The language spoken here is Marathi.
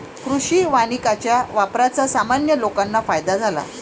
कृषी वानिकाच्या वापराचा सामान्य लोकांना फायदा झाला